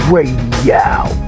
Radio